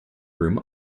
room